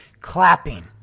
clapping